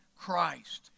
Christ